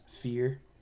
fear